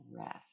rest